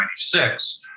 1996